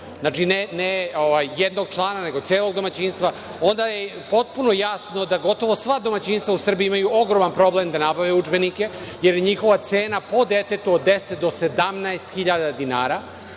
ne jednog člana nego celog domaćinstva, onda je potpuno jasno da gotovo sva domaćinstva u Srbiju imaju ogroman problem da nabave udžbenike, jer njihova cena po detetu od 10 do 17.0000 dinara,